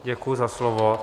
Děkuji za slovo.